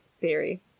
theory